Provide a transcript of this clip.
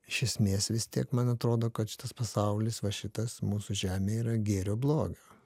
iš esmės vis tiek man atrodo kad šitas pasaulis va šitas mūsų žemė yra gėrio blogio